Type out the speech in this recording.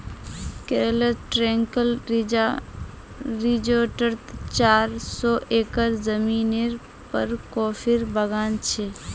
केरलत ट्रैंक्विल रिज़ॉर्टत चार सौ एकड़ ज़मीनेर पर कॉफीर बागान छ